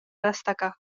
destacar